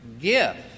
gift